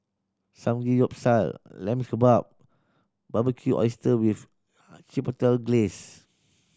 Samgeyopsal Lamb Kebab and Barbecued Oyster with Chipotle Glaze